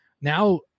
now